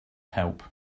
help